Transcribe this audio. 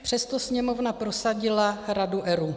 Přesto Sněmovna prosadila Radu ERÚ.